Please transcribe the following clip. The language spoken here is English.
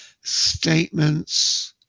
statements